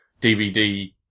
DVD